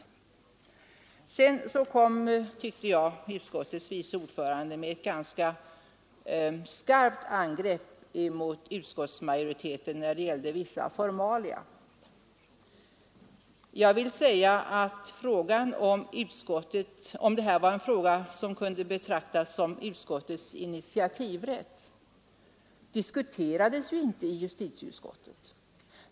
Utskottets vice ordförande gjorde vidare ett som jag tycker kraftigt angrepp mot utskottsmajoriteten när det gällde vissa formalia. Jag vill framhålla att frågan huruvida utskottets initiativrätt var tillämplig i detta spörsmål inte diskuterades på allvar i justitieutskottet.